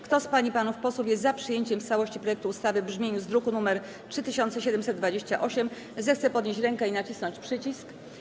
Kto z pań i panów posłów jest za przyjęciem w całości projektu ustawy w brzmieniu z druku nr 3728, zechce podnieść rękę i nacisnąć przycisk.